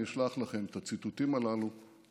אני אשלח לכם את הציטוטים הללו ומקורותיהם.